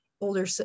older